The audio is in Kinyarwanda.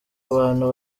abantu